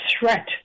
threat